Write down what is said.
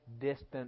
distant